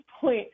point